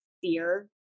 fear